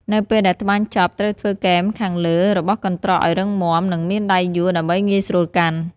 នៅពេលដែលត្បាញចប់ ត្រូវធ្វើគែមខាងលើរបស់កន្ត្រកឲ្យរឹងមាំ និងមានដៃយួរដើម្បីងាយស្រួលកាន់។